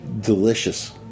delicious